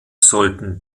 sollten